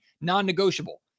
non-negotiable